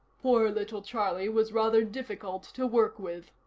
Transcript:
poor little charlie was rather difficult to work with.